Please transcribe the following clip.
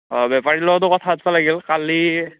অঁ বেপাৰীৰ লগতো কথা পাতবা লাগিল কালি